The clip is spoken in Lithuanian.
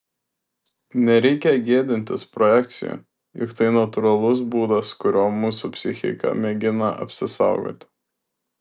nereikia gėdintis projekcijų juk tai natūralus būdas kuriuo mūsų psichika mėgina apsisaugoti